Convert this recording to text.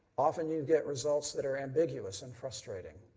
often, you get results that are ambiguous and frustrating.